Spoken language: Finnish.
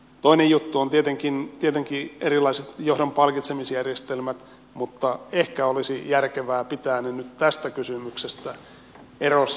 toinen juttu on tietenkin erilaiset johdon palkitsemisjärjestelmät mutta ehkä olisi järkevää pitää ne nyt tästä kysymyksestä erossa